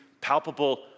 palpable